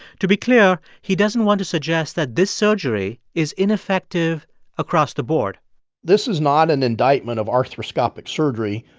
to be clear, he doesn't want to suggest that this surgery is ineffective across the board this is not an indictment of arthroscopic surgery.